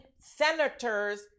senators